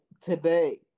today